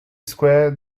square